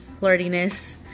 flirtiness